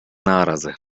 нааразы